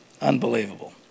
Unbelievable